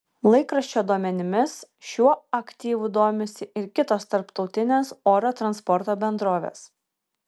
laikraščio duomenimis šiuo aktyvu domisi ir kitos tarptautinės oro transporto bendrovės